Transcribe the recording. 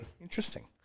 Interesting